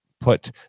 put